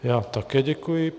Já také děkuji.